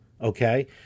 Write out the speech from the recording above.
okay